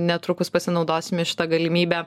netrukus pasinaudosime šita galimybe